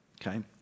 Okay